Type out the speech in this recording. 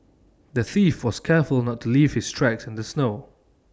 the thief was careful to not leave his tracks in the snow